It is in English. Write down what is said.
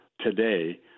today